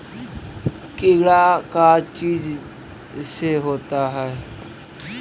कीड़ा का चीज से होता है?